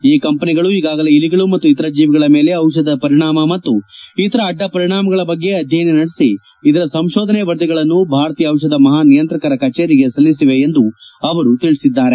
ಈ ಕಂಪನಿಗಳು ಈಗಾಗಲೇ ಇಲಿಗಳು ಮತ್ತು ಇತರ ಜೀವಿಗಳ ಮೇಲೆ ಟಿಷಧದ ಪರಿಣಾಮ ಮತ್ತು ಇತರ ಅಡ್ಡಪರಿಣಾಮಗಳ ಬಗ್ಗೆ ಅಧ್ಯಯನ ನಡೆಸಿ ಇದರ ಸಂತೋಧನೆ ವರದಿಗಳನ್ನು ಭಾರತೀಯ ಜಿಷಧ ಮಹಾ ನಿಯಂತ್ರಕರ ಕಚೇರಿಗೆ ಸಲ್ಲಿಸಿವೆ ಎಂದು ತಿಳಿಸಿದ್ದಾರೆ